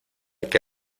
que